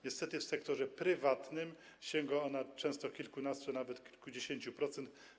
Niestety w sektorze prywatnym sięga ona często kilkunastu, a nawet kilkudziesięciu procent.